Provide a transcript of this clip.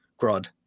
Grod